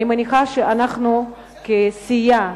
אני מניחה שאנחנו, כסיעה